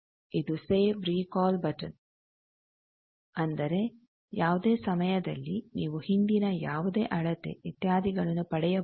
ಇದು save recall button ಅಂದರೆ ಯಾವುದೇ ಸಮಯದಲ್ಲಿ ನೀವು ಹಿಂದಿನ ಯಾವುದೇ ಅಳತೆ ಇತ್ಯಾದಿಗಳನ್ನು ಪಡೆಯಬಹುದು